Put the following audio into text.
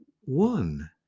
one